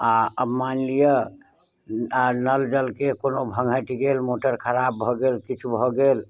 आ मानि लिअ आ नलजल के कोनो भङ्गैठ गेल मोटर खराप भऽ गेल किछु भऽ गेल